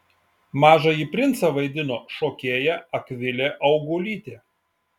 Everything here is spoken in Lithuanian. mažąjį princą vaidino šokėja akvilė augulytė